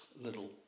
little